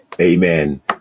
Amen